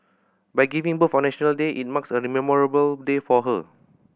by giving birth on National Day it marks a memorable day for her